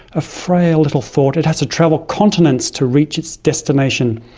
a frail little thought, it has to travel continents to reach its destination.